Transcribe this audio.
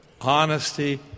Honesty